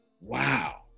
wow